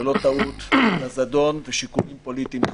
ולא טעות, אלא זדון ושיקולים פוליטיים זרים.